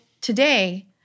today